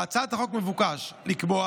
בהצעת החוק מבוקש לקבוע